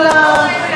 מכל, לא?